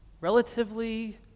relatively